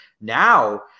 Now